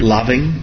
loving